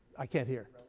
i can't hear.